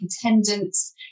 attendance